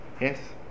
Yes